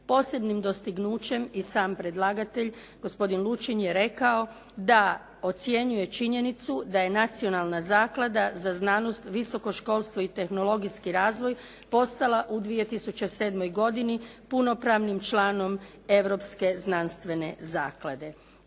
Posebnim dostignućem i sam predlagatelj gospodin Lučin je rekao da ocjenjuje činjenicu da je Nacionalna zaklada za znanost, visoko školstvo i tehnologijski razvoj postala u 2007. godini punopravnim članom europske znanstvene zaklade.